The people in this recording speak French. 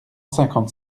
cinquante